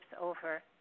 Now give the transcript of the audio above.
Over